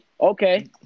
okay